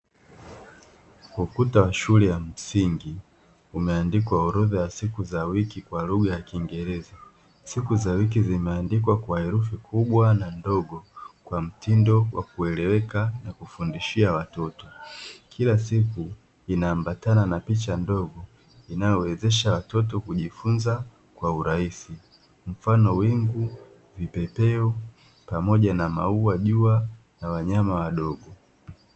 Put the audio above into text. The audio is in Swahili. Ukuta shule ya msingi umeandikwa orodha ya siku za wiki kwa lugha ya kiingereza, siku za wiki zimeandikwa kwa herufi kubwa na ndogo kwa mtindo wa kueleweka na kufundishia watoto, kila siku inaambatana na picha ndogo inayowezesha watoto kujifunza kwa urahisi mfano wingu, vipepeo, pamoja na maua, jua na wanyama wadogo.